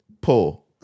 Pull